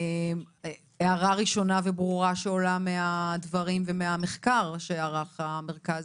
הערה ראשונה וברורה שעולה מהדברים ומהמחקר שערך הממ"מ